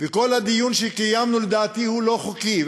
וכל הדיון שקיימנו הוא לא חוקי.